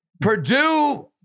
Purdue